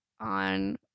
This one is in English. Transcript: on